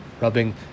rubbing